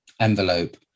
envelope